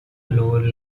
lower